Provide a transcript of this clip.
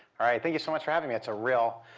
all right, thank you so much for having me. it's a real